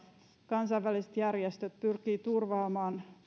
kansainväliset järjestöt pyrkivät turvaamaan